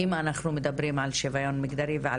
אם אנחנו מדברים על שיוויון מגדרי ועל